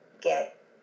get